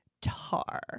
tar